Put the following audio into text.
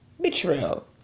Betrayal